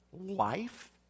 life